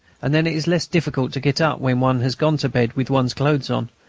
and then it is less difficult to get up when one has gone to bed with one's clothes on,